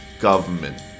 government